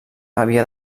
havia